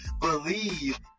believe